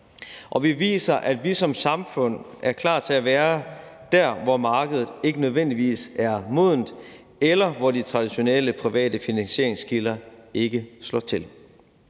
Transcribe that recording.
Og vi viser, at vi som samfund er klar til at være der, hvor markedet ikke nødvendigvis er modent, eller hvor de traditionelle private finansieringskilder ikke slår til;